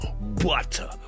butter